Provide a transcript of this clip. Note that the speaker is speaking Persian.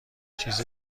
چیز